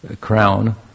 crown